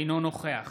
אינו נוכח